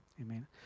Amen